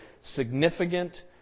significant